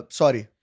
sorry